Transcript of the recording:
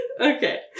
Okay